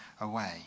away